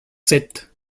sept